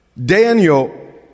Daniel